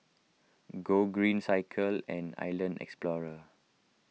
Gogreen Cycle and Island Explorer